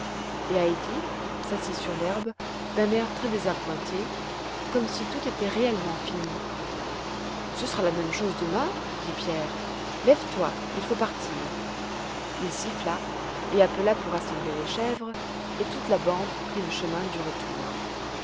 et heidi s'assit sur l'herbe d'un air très désappointé comme si tout était réellement fini ce sera la même chose demain dit pierre lève-toi il faut partir il siffla et appela pour rassembler les chèvres et toute la bande prit le chemin du retour